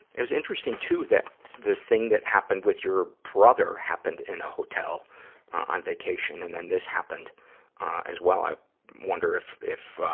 it's interesting, too, that the thing that happened with your brother happened in a hotel on vacation, and then this happened as well. i wonder if, um,